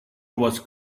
was